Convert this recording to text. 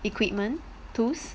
equipment tools